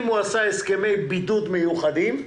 אם הוא עשה הסכמי בידוד מיוחדים,